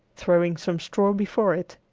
throwing some straw before it.